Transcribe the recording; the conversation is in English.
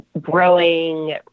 growing